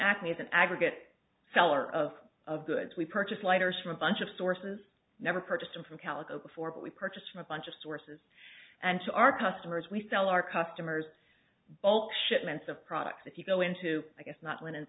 acme as an aggregate seller of of goods we purchased lighters from a bunch of sources never purchased from calico before but we purchased from a bunch of sources and to our customers we sell our customers bulk shipments of products if you go into i guess not linens